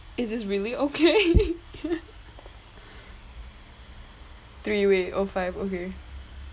is this really okay three way oh five okay